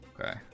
Okay